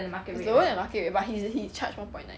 is lower than market rate but he's he charge one point nine